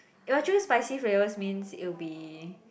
if I choose spicy flavours means it will be